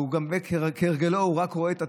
אבל כהרגלו הוא רק רואה את עצמו,